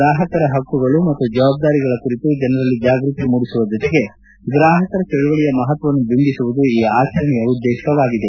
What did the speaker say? ಗ್ರಾಹಕರ ಹಕ್ಕುಗಳು ಮತ್ತು ಜವಾಬ್ದಾರಿಗಳ ಕುರಿತು ಜನರಲ್ಲಿ ಜಾಗೃತಿ ಮೂಡಿಸುವ ಜೊತೆಗೆ ಗ್ರಾಹಕರ ಚಳುವಳಿಯ ಮಹತ್ವವನ್ನು ಬಿಂಬಿಸುವುದು ಈ ಆಚರಣೆಯ ಉದ್ದೇಶವಾಗಿದೆ